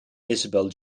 isabel